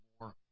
more